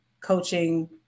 coaching